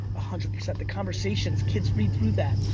ah hundred percent the conversations kids read through that.